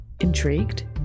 Intrigued